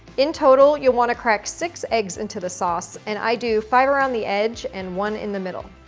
in total, you'll wanna crack six eggs into the sauce. and i do five around the edge and one in the middle.